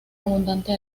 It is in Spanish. abundante